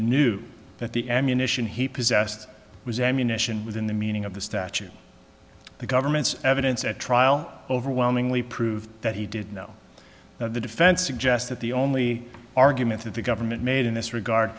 knew that the ammunition he possessed was ammunition within the meaning of the statute the government's evidence at trial overwhelmingly proved that he did know that the defense suggest that the only argument that the government made in this regard